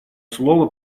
слово